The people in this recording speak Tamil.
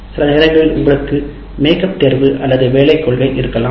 சில நேரங்களில் உங்களுக்கு மேக்கப் தேர்வு அல்லது வேலை கொள்கை இருக்கலாம்